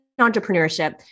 entrepreneurship